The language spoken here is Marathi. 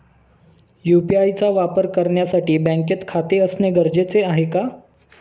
यु.पी.आय चा वापर करण्यासाठी बँकेत खाते असणे गरजेचे आहे का?